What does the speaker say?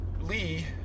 Lee